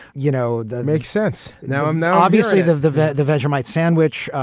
you know, that makes sense. now i'm now obviously the the the vegemite sandwich